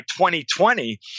2020